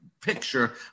picture